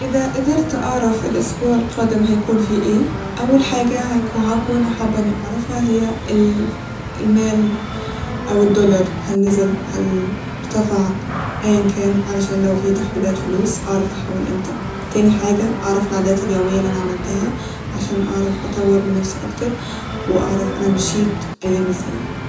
إذا قدرت أعرف الأسبوع القادم هيكون فيه ايه ، أول حاجة هيكو- هكو- هكون حابه إني أعرفها هي ال- المال أو الدولار هل نزل ، هل ارتفع ، أيا كان علشان لو في تحويلات فلوس أعرف هحول امتى ، تاني حاجة أعرف العادات اليومية اللي أنا عملتها عشان أعرف أطور من نفسي أكتر وأعرف أنا مشيت أيامي ازاي